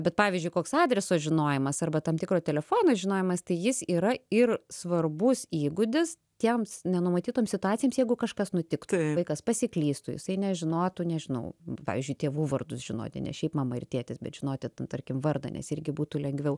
bet pavyzdžiui koks adreso žinojimas arba tam tikro telefono žinojimas tai jis yra ir svarbus įgūdis tiems nenumatytoms situacijoms jeigu kažkas nutiktų vaikas pasiklystų jisai nežinotų nežinau pavyzdžiui tėvų vardus žinoti ne šiaip mama ir tėtis bet žinoti ten tarkim vardą nes irgi būtų lengviau